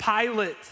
Pilate